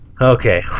Okay